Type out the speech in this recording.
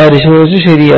പരിശോധിച്ച് ശരിയാക്കുക